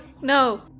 no